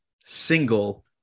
single